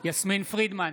בהצבעה יסמין פרידמן,